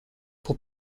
pour